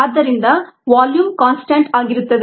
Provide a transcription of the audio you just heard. ಆದ್ದರಿಂದ volume constant ಆಗಿರುತ್ತದೆ